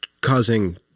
causing